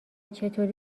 چطوری